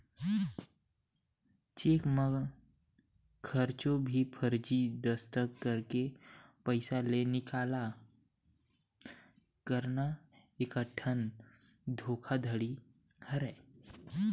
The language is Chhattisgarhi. चेक म कखरो भी फरजी दस्कत करके पइसा के निकाला करना एकठन धोखाघड़ी हरय